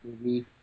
movie